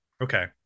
Okay